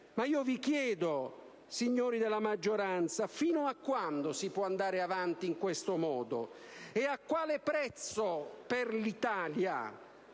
crisi. Vi chiedo però, signori della maggioranza, fino a quando si può andare avanti in questo modo e a quale prezzo per l'Italia?